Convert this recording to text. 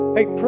Hey